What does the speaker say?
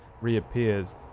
reappears